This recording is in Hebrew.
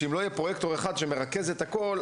שאם לא יהיה פרויקטור אחד שמרכז את הכל,